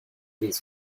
these